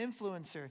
influencer